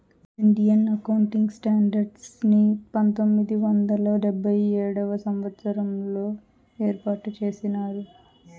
Indian accounting standards ని పంతొమ్మిది వందల డెబ్భై ఏడవ సంవచ్చరంలో ఏర్పాటు చేసినారు